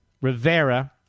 Rivera